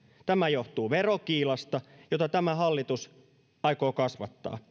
tämä johtuu verokiilasta jota tämä hallitus aikoo kasvattaa